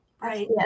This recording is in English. Right